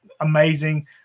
amazing